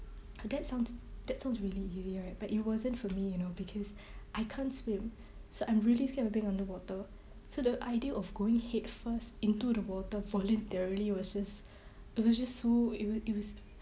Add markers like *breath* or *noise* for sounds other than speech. that sounds that sounds really easy right but it wasn't for me you know because *breath* I can't swim so I'm really scared of being underwater so the idea of going head first into the water voluntarily was just it was just so it was it was